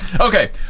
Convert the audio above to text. Okay